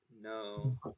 No